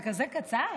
מה, זה כזה קצר?